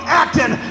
acting